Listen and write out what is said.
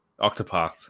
Octopath